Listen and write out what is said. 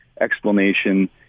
explanation